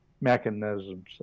mechanisms